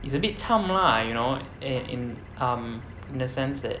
it's a bit cham lah you know in in um in the sense that